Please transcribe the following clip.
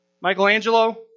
Michelangelo